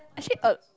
actually a